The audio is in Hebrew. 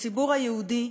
לציבור היהודי,